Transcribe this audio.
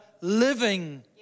Living